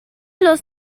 los